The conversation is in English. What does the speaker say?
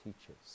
teaches